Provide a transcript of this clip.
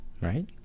right